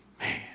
Man